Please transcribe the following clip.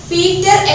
Peter